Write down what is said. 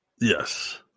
Yes